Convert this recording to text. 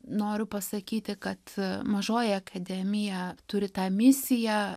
noriu pasakyti kad mažoji akademija turi tą misiją